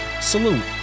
Salute